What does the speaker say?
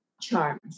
charms